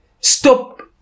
stop